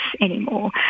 anymore